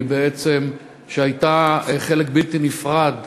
שהייתה חלק בלתי נפרד